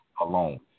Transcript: alone